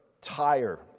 tire